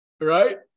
Right